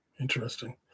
Interesting